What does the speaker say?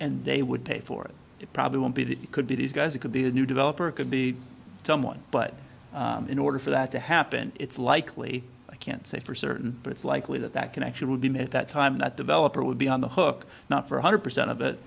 and they would pay for it probably won't be that could be these guys it could be a new developer could be someone but in order for that to happen it's likely i can't say for certain but it's likely that that connection would be made at that time that developer would be on the hook not for one hundred percent of